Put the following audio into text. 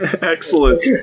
Excellent